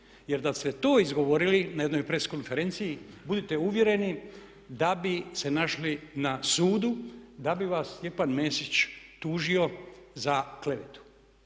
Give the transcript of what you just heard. jer da ste to izgovorili na jednoj press konferenciji, budite uvjereni da bise se našli na sudu, da bi vas Stjepan Mesić tužio za klevetu.